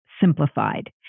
simplified